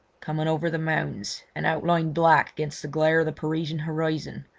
coming over the mounds, and outlined black against the glare of the parisian horizon,